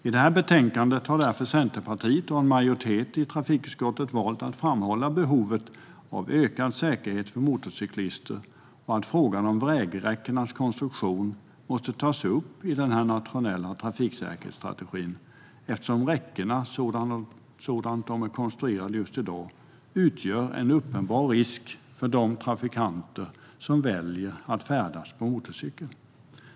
I detta betänkande har därför Centerpartiet och en majoritet i trafikutskottet valt att framhålla behovet av ökad säkerhet för motorcyklister och att frågan om vägräckenas konstruktion måste tas upp i den nationella trafiksäkerhetsstrategin, eftersom räckena så som de är konstruerade i dag utgör en uppenbar risk för de trafikanter som väljer att färdas på motorcykel.